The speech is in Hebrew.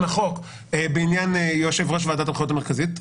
החוק בעניין יושב-ראש ועדת הבחירות המרכזית.